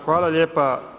Hvala lijepa.